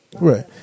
Right